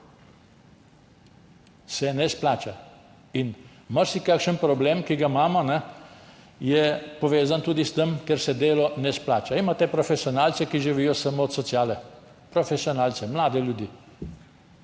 Se ne izplača. Marsikakšen problem, ki ga imamo, je povezan tudi s tem, da se delo ne izplača. Imate profesionalce, ki živijo samo od sociale. Profesionalce, mlade ljudi.